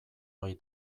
ohi